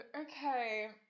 Okay